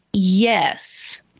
Yes